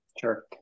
Sure